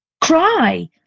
Cry